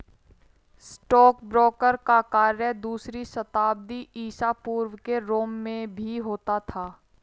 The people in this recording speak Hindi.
स्टॉकब्रोकर का कार्य दूसरी शताब्दी ईसा पूर्व के रोम में भी होता था